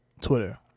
Twitter